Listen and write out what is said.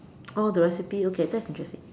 oh the recipe okay that's interesting